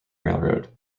railroad